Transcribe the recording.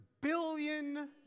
billion